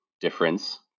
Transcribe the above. difference